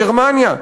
גרמניה,